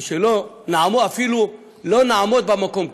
ושאפילו לא נעמוד במקום,